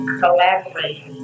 collaborate